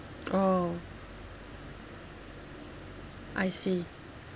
oh I see